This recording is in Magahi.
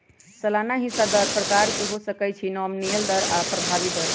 सलाना हिस्सा दर प्रकार के हो सकइ छइ नॉमिनल दर आऽ प्रभावी दर